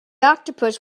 octopus